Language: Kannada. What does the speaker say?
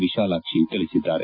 ವಿಶಾಲಾಕ್ಷಿ ತಿಳಿಸಿದ್ದಾರೆ